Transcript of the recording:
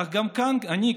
אך גם כאן אני,